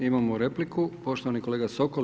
Imamo repliku, poštovani kolega Sokol.